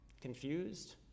Confused